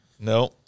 No